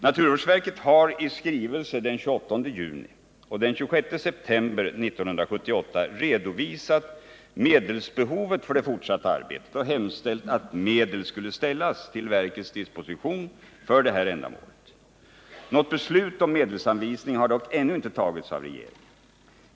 Naturvårdsverket har i skrivelser den 28 juni och den 26 september 1978 redovisat medelsbehovet för det fortsatta arbetet och hemställt att medel skulle ställas till verkets disposition för detta ändamål. Något beslut om medelsanvisning har dock ännu inte tagits av regeringen.